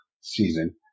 season